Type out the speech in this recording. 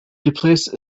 replaced